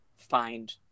find